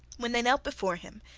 when they knelt before him,